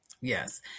Yes